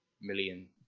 million